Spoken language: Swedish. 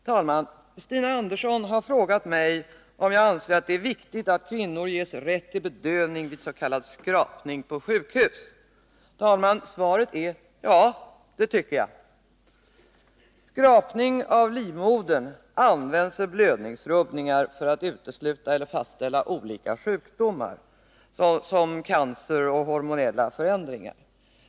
Fru talman! Stina Andersson har frågat mig om jag anser att det är viktigt att kvinnor ges rätt till bedövning vid s.k. skrapning på sjukhus. Svaret är: Ja, det tycker jag. Skrapning av livmodern används vid blödningsrubbningar för att utesluta eller fastställa olika sjukdomar såsom cancer och hormonella förändringar.